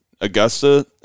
Augusta